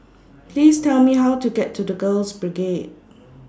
Please Tell Me How to get to The Girls Brigade